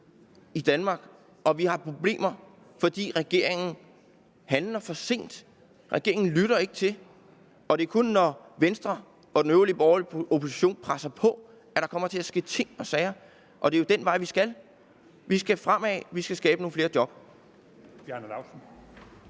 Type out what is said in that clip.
i Danmark. Og vi har problemer, fordi regeringen handler for sent. Regeringen lytter ikke, og det er kun, når Venstre og den øvrige borgerlige opposition presser på, at der kommer til at ske ting og sager, og det er jo den vej, vi skal. Vi skal fremad, vi skal skabe nogle flere job.